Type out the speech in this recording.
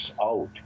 out